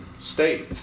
State